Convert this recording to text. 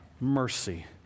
mercy